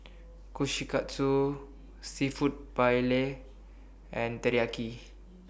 Kushikatsu Seafood Paella and Teriyaki